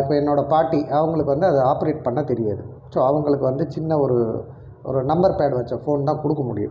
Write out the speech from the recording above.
இப்போது என்னோடய பாட்டி அவர்களுக்கு வந்து ஆபரேட் பண்ண தெரியாது ஸோ அவர்களுக்கு வந்து சின்ன ஒரு ஒரு நம்பர் பேட் வச்ச ஃபோன் தான் கொடுக்க முடியும்